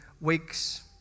weeks